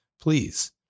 Please